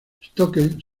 stokes